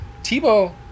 Tebow